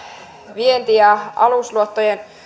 vienti ja alusluottojen